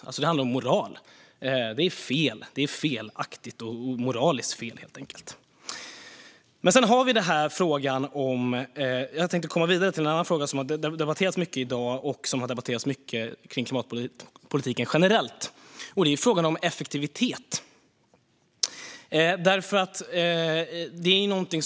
Det handlar om moral, och det är moraliskt fel. Jag tänkte gå vidare till en annan fråga som har debatterats mycket i dag och i klimatpolitiken generellt. Det gäller frågan om effektivitet.